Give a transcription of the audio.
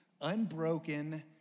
unbroken